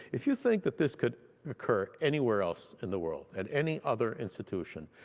if you think that this could occur anywhere else in the world, at any other institution,